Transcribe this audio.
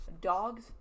dogs